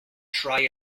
try